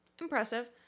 impressive